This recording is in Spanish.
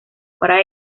para